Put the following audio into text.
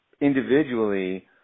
individually